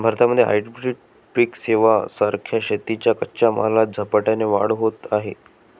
भारतामध्ये हायब्रीड पिक सेवां सारख्या शेतीच्या कच्च्या मालात झपाट्याने वाढ होत आहे